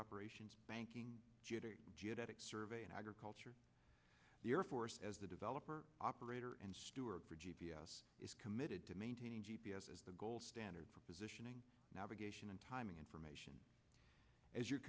operations banking geodetic survey and agriculture the air force as a developer operator and stewart for g p s is committed to maintaining g p s as the gold standard for positioning navigation and timing information as your